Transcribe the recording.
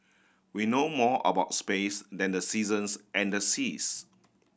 we know more about space than the seasons and the seas